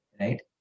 right